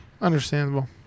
Understandable